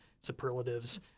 superlatives